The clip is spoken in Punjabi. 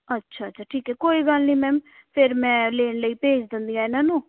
ਅੱਛਾ ਅੱਛਾ ਠੀਕ ਹੈ ਕੋਈ ਗੱਲ ਨਹੀਂ ਮੈਮ ਫਿਰ ਮੈਂ ਲੈਣ ਲਈ ਭੇਜ ਦਿੰਦੀ ਹਾਂ ਇਹਨਾਂ ਨੂੰ